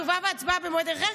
תשובה והצבעה במועד אחר,